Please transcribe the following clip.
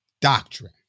doctrine